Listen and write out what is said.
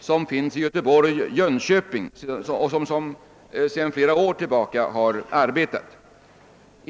som förekommer i Göteborg och Jönköping och som bedrivits sedan flera år tillbaka.